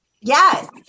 Yes